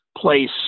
place